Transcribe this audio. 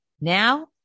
now